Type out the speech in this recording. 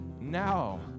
now